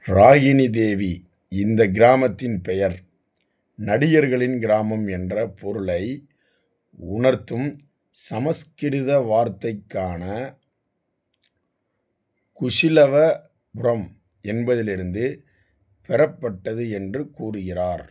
ராகினி தேவி இந்த கிராமத்தின் பெயர் நடிகர்களின் கிராமம் என்ற பொருளை உணர்த்தும் சமஸ்கிருத வார்த்தைக்கான குசிலவபுரம் என்பதிலிருந்து பெறப்பட்டது என்று கூறுகிறார்